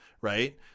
right